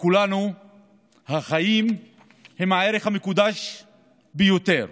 לכולנו החיים הם הערך המקודש ביותר.